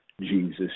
Jesus